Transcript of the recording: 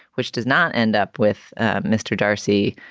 which does not end up with ah mr. darcy,